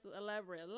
elaborate